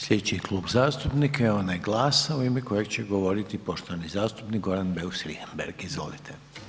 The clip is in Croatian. Slijedeći klub zastupnika je onaj GLAS-a u ime kojeg će govoriti poštovani zastupnik Goran Beus Richembergh, izvolite.